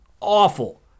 awful